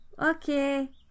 Okay